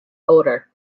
odor